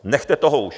Nechte toho už.